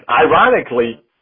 Ironically